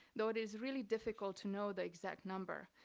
though it is really difficult to know the exact number,